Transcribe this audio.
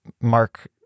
Mark